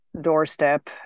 doorstep